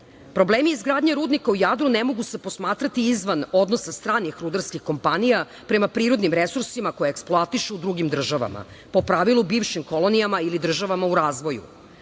izgradnje rudnika u Jadru ne mogu se posmatrati izvan odnosa stranih rudarskih kompanija prema prirodnim resursima koje eksploatišu drugim državama, po pravilu bivšim kolonijama ili državama u razvoju.